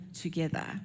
together